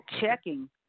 checking